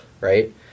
right